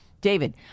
David